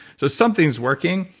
so something's working.